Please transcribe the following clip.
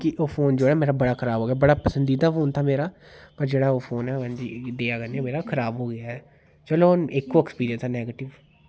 कि ओह् फोन जेह्ड़ा मेरा ओह् खराब निकलेआ बड़ा पसंदीदा फोन हा मेरा ते ओह् जेह्ड़ा फोन ऐ ओह् मेरा खराब होई गेआ चलो इक्को एक्सपीरियंस ऐ मेरा नैगेटिव